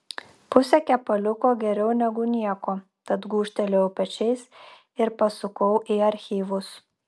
pusė kepaliuko geriau negu nieko tad gūžtelėjau pečiais ir pasukau į archyvus